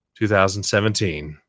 2017